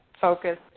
focused